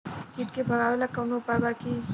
कीट के भगावेला कवनो उपाय बा की?